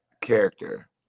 character